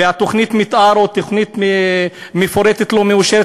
ותוכנית המתאר או שהתוכנית המפורטת לא מאושרת,